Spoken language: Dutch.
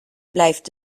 blijft